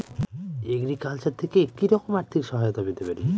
Agriculture থেকে কি রকম আর্থিক সহায়তা পেতে পারি?